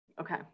Okay